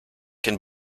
can